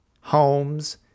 homes